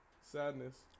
sadness